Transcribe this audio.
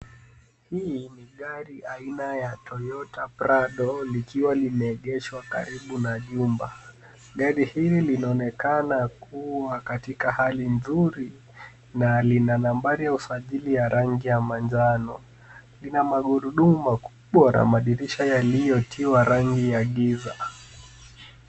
Hii ni gari aina ya Toyota Prado likiwa limeegeshwa karibu na jumba. Gari hili linaonekana kuwa katika hali nzuri na lina nambari ya usajili ya rangi ya manjano. Lina magurumu makubwa na madirisha yaliyotiwa rangi ya giza.